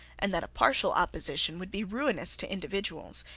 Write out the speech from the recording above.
and that a partial opposition would be ruinous to individuals,